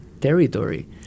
territory